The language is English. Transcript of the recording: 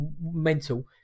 mental